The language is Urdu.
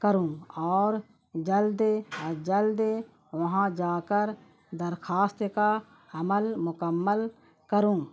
کروں اور جلد جلد وہاں جا کر درخواست کا عمل مکمل کروں